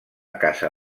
casa